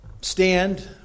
stand